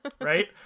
Right